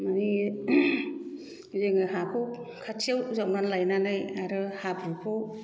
मानि जोङो हाखौ खाथियाव जावनानै लायनानै आरो हाब्रुखौ